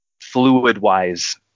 fluid-wise